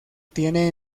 tiene